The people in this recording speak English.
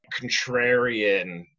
contrarian